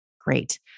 Great